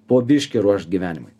po biškį ruošt gyvenimui